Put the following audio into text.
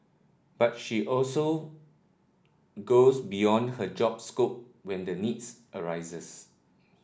but she also goes beyond her job scope when the need arises